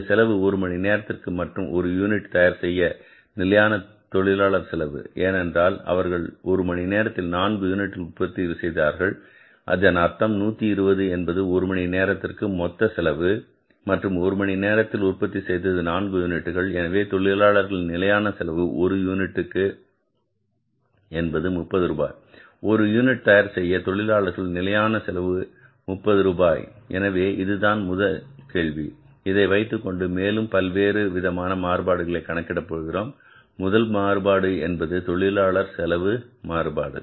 இந்த செலவு ஒரு மணி நேரத்திற்கு மற்றும் ஒரு யூனிட் தயார் செய்ய நிலையான தொழிலாளர் செலவு ஏனென்றால் அவர்கள் ஒரு மணி நேரத்தில் 4 யூனிட் உற்பத்தி செய்கிறார்கள் இதன் அர்த்தம் 120 என்பது ஒரு மணி நேரத்திற்கு செய்த மொத்த செலவு மற்றும் ஒரு மணி நேரத்தில் உற்பத்தி செய்தது நான்கு யூனிட்டுகள் எனவே தொழிலாளர்களின் நிலையான செலவு ஒரு யூனிட்டுக்கு என்பது முப்பது ரூபாய் ஒரு யூனிட் தயார் செய்ய தொழிலாளர்களின் நிலையான செலவு முப்பது ரூபாய் எனவே இதுதான் முதல் கேள்வி இதை வைத்துக்கொண்டு மேலும் பல விதமான மாறுபாடுகள் கணக்கிட போகிறோம் முதல் மாறுபாடு என்பது தொழிலாளர் செலவு மாறுபாடு